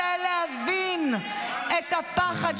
מה זה הטקסטים האלה ----- שאף אחד לא מנסה להבין את הפחד שלו,